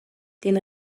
den